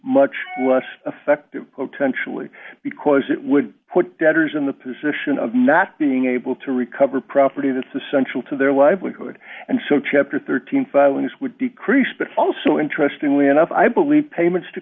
much less effective attention because it would put debtors in the position of not being able to recover property that's essential to their livelihood and so chapter thirteen filings would decrease but also interestingly enough i believe payments to